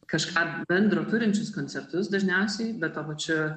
kažką bendro turinčius koncertus dažniausiai be tuo pačiu